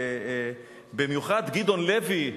במיוחד גדעון לוי,